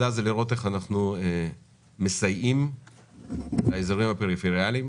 אנחנו מסייעים לאזורים הפריפריאליים,